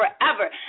forever